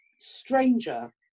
stranger